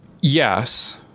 Yes